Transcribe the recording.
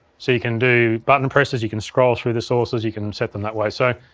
so you can do button presses, you can scroll through the sources, you can set them that way. so,